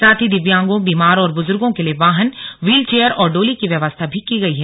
साथ ही दिव्यांगों बीमार और बुजुर्गो के लिए वाहन व्हील चेयर और डोली की व्यवस्था भी की गई है